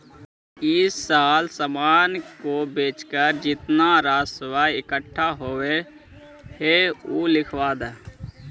इस साल सामान को बेचकर जितना राजस्व इकट्ठा होलो हे उ लिखवा द